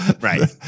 Right